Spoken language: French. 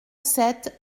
sept